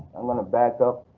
i'm gonna back up.